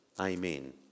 Amen